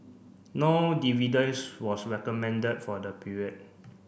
no dividends was recommended for the period